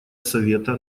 совета